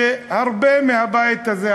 הרבה מהבית הזה,